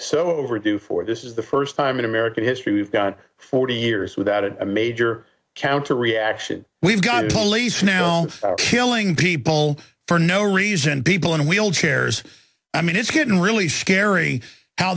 so overdue for this is the first time in american history we've got forty years without a major counter reaction we've got police now killing people for no reason people in wheelchairs i mean it's getting really scary how